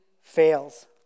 fails